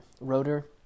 rotor